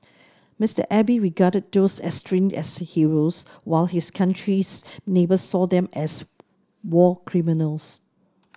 Mister Abe regarded those enshrined as heroes while his country's neighbours saw them as war criminals